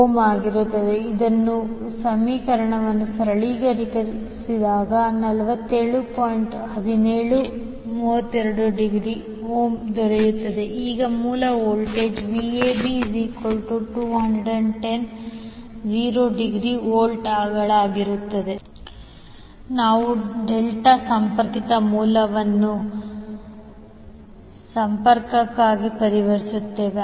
17∠32° ಮತ್ತು ಮೂಲ voltage Vab210∠0°V ನಾವು ಡೆಲ್ಟಾ ಸಂಪರ್ಕಿತ ಮೂಲವನ್ನು ಸ್ಟರ್ ಸಂಪರ್ಕಕ್ಕೆ ಪರಿವರ್ತಿಸುತ್ತೇವೆ